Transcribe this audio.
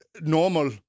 Normal